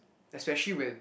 especially when